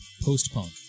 Post-punk